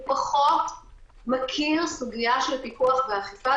משרד הבריאות פחות מתאים לסוגיה של פיקוח ואכיפה,